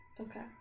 Okay